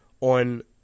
on